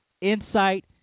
insight